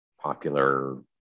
popular